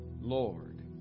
Lord